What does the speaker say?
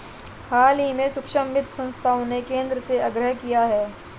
हाल ही में सूक्ष्म वित्त संस्थाओं ने केंद्र से आग्रह किया है